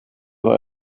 vad